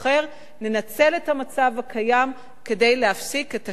ננצל את המצב הקיים כדי להפסיק את השקר